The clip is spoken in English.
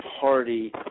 Party